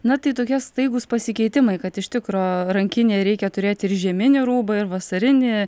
na tai tokie staigūs pasikeitimai kad iš tikro rankinėj reikia turėti ir žieminį rūbą ir vasarinį